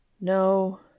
No